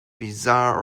bizarre